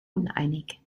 uneinig